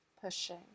pushing